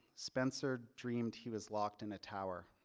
spencer dreamed he was locked in a tower